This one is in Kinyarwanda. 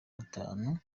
gatanu